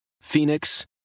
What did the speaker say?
Phoenix